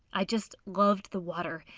i just loved the water.